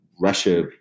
Russia